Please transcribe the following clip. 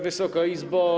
Wysoka Izbo!